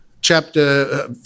chapter